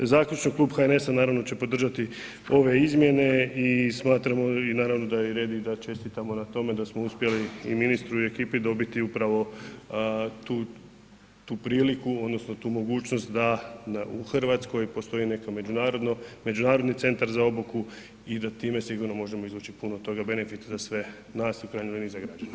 Zaključno, Klub HNS-a naravno će podržati ove izmjene i smatramo i naravno da i vrijedi i da čestitamo na tome da smo uspjeli i ministru i ekipi dobiti upravo tu priliku odnosno tu mogućnost da u RH postoji neki međunarodni centar za obuku i da time sigurno možemo izvući puno toga, benefit za sve nas i u krajnjoj liniji za građane.